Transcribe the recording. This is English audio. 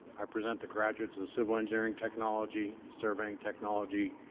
i present the graduates of the civil engineering technology, surveying technology,